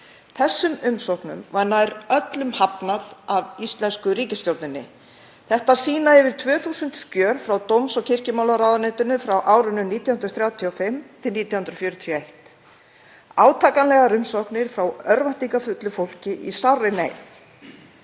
Þessum umsóknum var nær öllum hafnað af íslensku ríkisstjórninni. Þetta sýna yfir 2.000 skjöl frá dóms- og kirkjumálaráðuneytinu frá árunum 1935–1941. Átakanlegar umsóknir frá örvæntingarfullu fólki í sárri neyð.